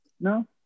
no